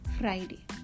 Friday